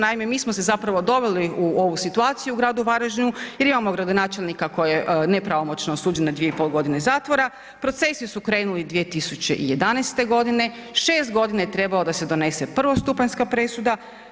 Naime, mi smo se zapravo doveli u ovu situaciju u gradu Varaždinu jer imamo gradonačelnika koji je nepravomoćno osuđen na 2,5 g. zatvora, procesi su krenuli 2011. g., 6 godina je trebalo da se donese prvostupanjska presuda.